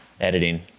Editing